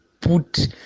put